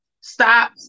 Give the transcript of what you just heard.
stop